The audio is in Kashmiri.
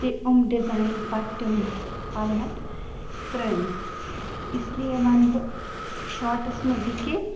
تہٕ یِم ڈِزایِن پَتہٕ تِمَن پَلٕوَن ترٲوِتھ اس لیے وَنہٕ بہٕ شاٹَس منٛز یہِ کہِ